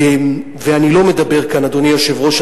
אדוני היושב-ראש,